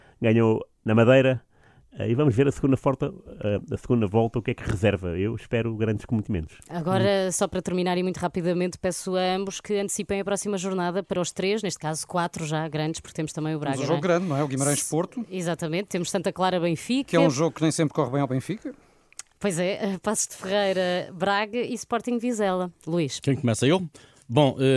Ganhou na Madeira, eh, e vamos ver a segunda forte- eh, a segunda volta, o que é que reserva. Eu espero grandes cometimentos. Agora, Uhum. só para terminar e muito rapidamente, peço a ambos que antecipem a próxima jornada para os três, neste caso quatro já grandes, porque temos também o Braga, Temos um jogo não é? grande, não é? O Guimarães S- Porto. Exatamente, temos Santa Clara-Benfica. Que é um jogo que nem sempre corre bem ao Benfica. Pois é, eh, Paços de Ferreira-Braga e Sporting-Vizela. Luís. Quem começa? Eu? Bom, eh,